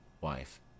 Wife